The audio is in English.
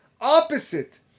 opposite